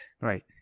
Right